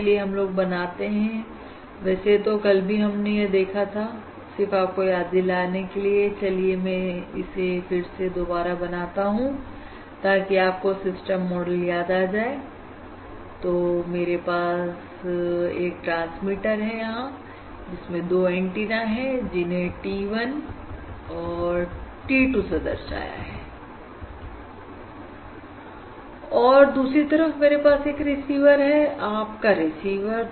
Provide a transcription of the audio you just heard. चलिए हम लोग बनाते हैं वैसे तोकल भी हमने यह देखा था सिर्फ आपको याद दिलाने के लिए चलिए मैं इसे फिर से दोबारा बनाता हूं ताकि आपको सिस्टम मॉडल याद आ जाए तो यहां मेरे पास एक ट्रांसमीटर है जिसमें 2 एंटीना है जिन्हें T1 T2 से दर्शाया है और दूसरी तरफ मेरे पास एक रिसीवर है आपका रिसीवर